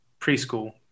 preschool